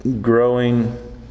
growing